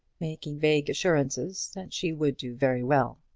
making vague assurances that she would do very well.